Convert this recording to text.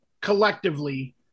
collectively